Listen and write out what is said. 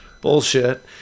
Bullshit